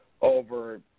over